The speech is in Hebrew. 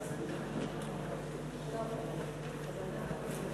בוקר טוב,